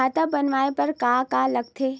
खाता बनवाय बर का का लगथे?